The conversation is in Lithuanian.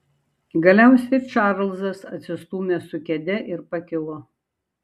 galiausiai čarlzas atsistūmė su kėde ir pakilo